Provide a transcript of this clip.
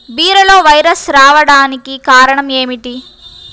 బీరలో వైరస్ రావడానికి కారణం ఏమిటి?